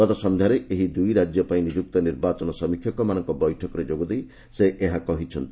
ଗତ ସନ୍ଧ୍ୟାରେ ଏହି ଦୁଇ ରାଜ୍ୟ ପାଇଁ ନିଯୁକ୍ତ ନିର୍ବାଚନ ସମୀକ୍ଷକମାନଙ୍କ ବୈଠକରେ ଯୋଗଦେଇ ସେ ଏହା କହିଛନ୍ତି